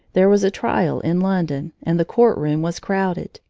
there was a trial in london, and the court-room was crowded.